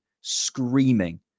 screaming